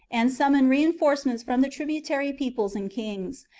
and summoned reinforcements from the tributary peoples and kings,